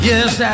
Yes